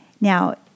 Now